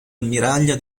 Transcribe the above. ammiraglia